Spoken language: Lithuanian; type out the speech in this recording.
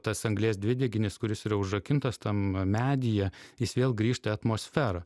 tas anglies dvideginis kuris yra užrakintas tam medyje jis vėl grįžta į atmosferą